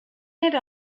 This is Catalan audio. era